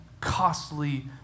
costly